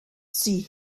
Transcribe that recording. see